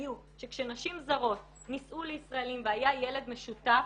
שכשנשים זרות נישאו לישראלים והיה ילד משותף,